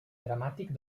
dramàtic